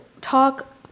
talk